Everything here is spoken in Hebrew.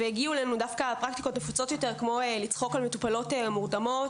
והגיעו אלינו דווקא פרקטיקות נפוצות יותר כמו לצחוק על מטופלות מורדמות,